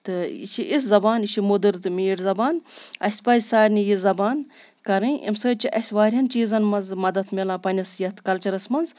تہٕ یہِ چھِ یِژھ زبان یہِ چھِ مٔدٕر تہٕ میٖٹھ زبان اَسہِ پَزِ سارِنٕے یہِ زبان کَرٕنۍ اَمہِ سۭتۍ چھِ اَسہِ واریاہَن چیٖزَن منٛز مَدَد مِلان پنٛنِس یَتھ کَلچَرَس منٛز